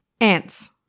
Ants